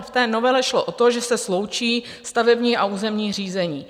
V novele šlo o to, že se sloučí stavební a územní řízení.